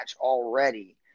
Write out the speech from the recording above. already